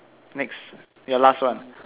next your last one